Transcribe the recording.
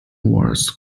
was